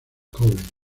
cobain